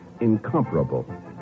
incomparable